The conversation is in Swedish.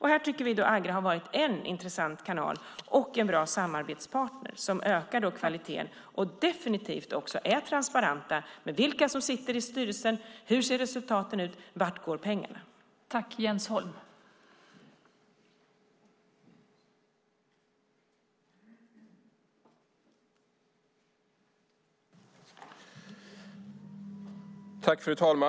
Här tycker vi att Agra har varit en intressant kanal och en bra samarbetspartner som ökar kvaliteten och som definitivt är transparent med vilka som sitter i styrelsen, hur resultaten ser ut och vart pengarna går.